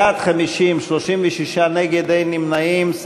בעד, 50, 36 נגד, אין נמנעים.